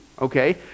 okay